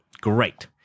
Great